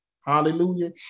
Hallelujah